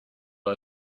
our